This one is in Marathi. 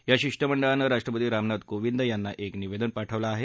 या शिष्टमंडळानं राष्ट्रपती रामानाथ कोविंद यांना एक निवेदन पाठवलं आहे